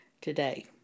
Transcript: today